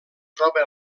troba